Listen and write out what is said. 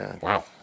wow